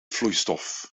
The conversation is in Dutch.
vloeistof